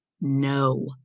No